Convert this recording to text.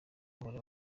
bahora